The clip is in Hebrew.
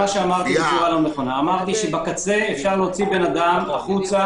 -- אמרתי שבקצה אפשר להוציא אדם החוצה.